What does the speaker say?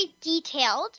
detailed